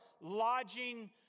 lodging